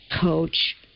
coach